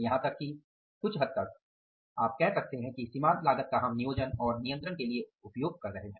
यहां तक कि कुछ हद तक आप कह सकते हैं कि सीमांत लागत का हम नियोजन और नियंत्रण के लिए उपयोग कर रहे हैं